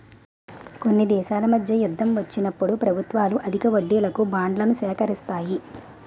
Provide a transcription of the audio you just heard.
కొన్ని దేశాల మధ్య యుద్ధం వచ్చినప్పుడు ప్రభుత్వాలు అధిక వడ్డీలకు బాండ్లను సేకరిస్తాయి